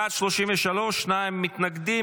בעד, 33, שניים מתנגדים.